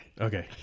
Okay